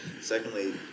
secondly